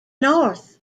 north